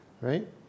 right